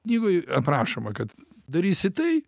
knygoj aprašoma kad darysi tai